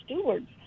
stewards